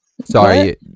sorry